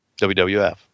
WWF